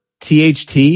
THT